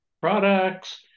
products